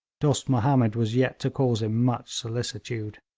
dost mahomed was yet to cause him much solicitude.